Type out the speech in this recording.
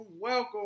welcome